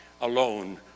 alone